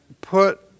put